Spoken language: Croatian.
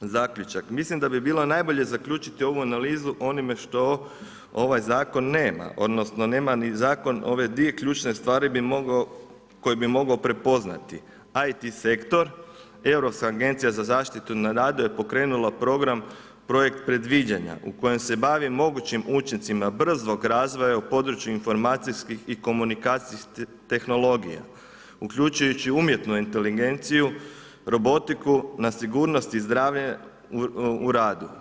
Zaključak, mislim da bi bilo najbolje zaključiti ovu analizu onime što ovaj zakon nema, odnosno nema ni zakon ove dvije ključne stvari koje bi mogao prepoznati, IT sektor, Europska agencija na zaštitu na radu je pokrenula program projekt predviđanja u kojem se bavi mogućim učincima brzog razvoja u području informacijskih i komunikacijskih tehnologija, uključujući umjetnu inteligenciju, robotiku na sigurnost i zdravlje u radu.